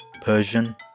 Persian